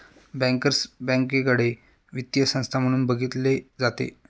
bankers बँकेकडे वित्तीय संस्था म्हणून बघितले जाते